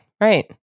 Right